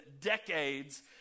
decades